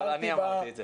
אבל אני אמרתי את זה.